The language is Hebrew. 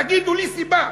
תגידו לי סיבה.